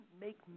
make